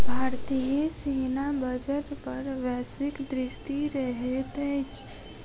भारतीय सेना बजट पर वैश्विक दृष्टि रहैत अछि